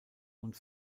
und